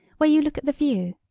where you look at the view.